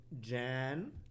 jan